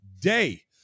day